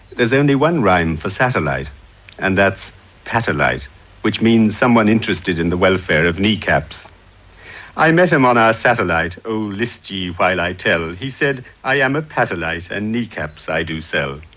there's only one rhyme for satellite and that's patellite which means someone interested in the welfare of kneecaps i met him on our satellite oh list ye while i tell he said, i am a patellite and kneecaps i do sell.